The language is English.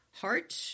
heart